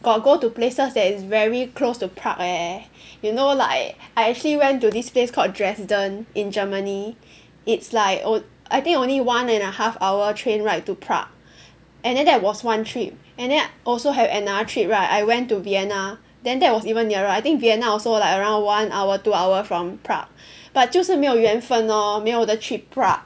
got go to places that is very close to Prague eh you know like I actually went to this place called Dresden in Germany it's like I think only one and a half hour train ride to Prague and then that was one trip and then also have another trip right I went to Vienna then that was even nearer I think Vienna also like around one hour two hour from Prague but 就是没有缘分 lor 没有地去 Prague